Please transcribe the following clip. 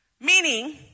Meaning